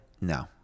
No